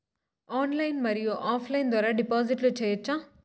Online మరియు offline ద్వారా డిపాజిట్లు సేయొచ్చా?